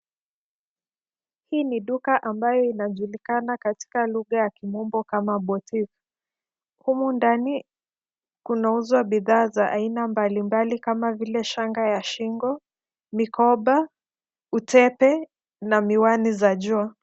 Hii ni duka ambayo inajulikana katika lugha ya kimombo kama boutique. Humu ndani kunauzwa bidhaa za aina mbalimbali kama vile: shanga ya shingo, mikoba, utepe na miwani za jua.